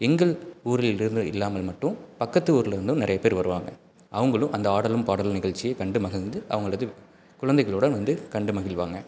எங்கள் ஊரில் இல்லாமல் மட்டும் பக்கத்து ஊரிலருந்தும் நிறைய பேர் வருவாங்க அவங்களும் அந்த ஆடலும் பாடலும் நிகழ்ச்சியை கண்டு மகிழ்ந்து அவங்களது குழந்தைகளோட வந்து கண்டு மகிழ்வாங்க